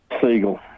Siegel